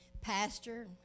pastor